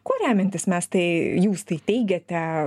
kuo remiantis mes tai jūs tai teigiate